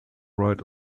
right